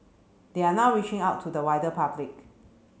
they are now reaching out to the wider public